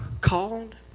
called